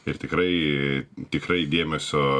ir tikrai tikrai dėmesio